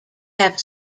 have